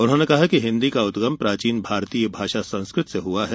उन्होंने कहा कि हिन्दी का उद्गम प्राचीन भारतीय भाषा संस्कृत से हुआ है